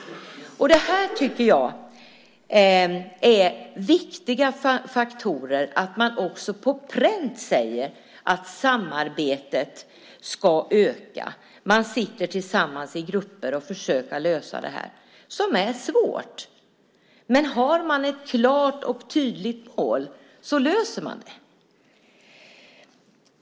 Det här tycker jag är viktiga faktorer så att man också sätter på pränt att samarbetet ska öka. Man sitter tillsammans i grupper och ska försöka lösa de här problemen. Det är svårt. Men har man ett klart och tydligt mål så löser man det.